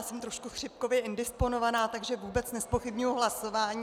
Jsem trošku chřipkově indisponovaná, takže vůbec nezpochybňuji hlasování.